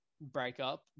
breakup